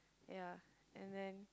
ya and then